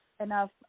enough